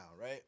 right